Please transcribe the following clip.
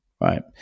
right